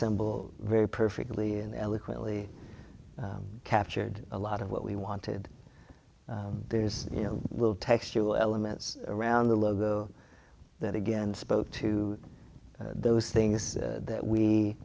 symbol very perfectly and eloquently captured a lot of what we wanted there's you know little textual elements around the logo that again spoke to those things that we